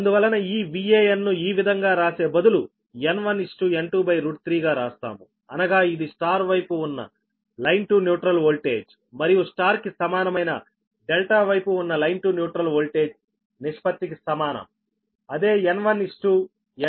అందువలన ఈ VAnను ఈ విధంగా రాసే బదులు N1 N23 గా రాస్తాము అనగా ఇది Y వైపు ఉన్న లైన్ టు న్యూట్రల్ ఓల్టేజ్ మరియు Y కి సమానమైన ∆ వైపు ఉన్న లైన్ టు న్యూట్రల్ ఓల్టేజ్ నిష్పత్తికి సమానం అదే N1 N23